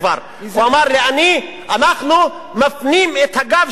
הוא אמר לי: אנחנו מפנים את הגב שלנו